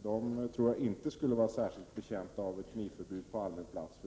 skulle, tror jag, inte vara särskilt betjänta av ett knivförbud på allmän plats.